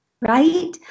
right